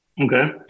Okay